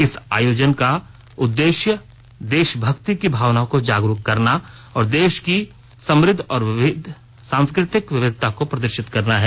इस आयोजन का उद्देश्य देशभक्ति की भावना को जागरूक करना और देश की समुद्ध और विविध सांस्कृतिक विविधता को प्रदर्शित किया है